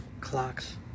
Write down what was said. Clocks